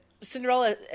cinderella